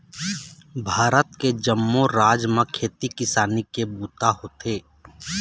भारत के जम्मो राज म खेती किसानी के बूता होथे